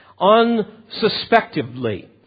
unsuspectively